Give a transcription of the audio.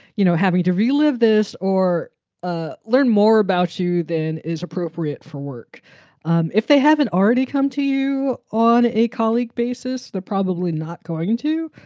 you know, having to relive this or ah learn more about you than is appropriate for work um if they haven't already come to you on a colleague basis. they're probably not going to.